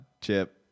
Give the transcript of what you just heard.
Chip